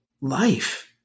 life